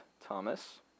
Thomas